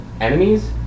enemies